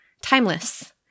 timeless